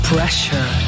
Pressure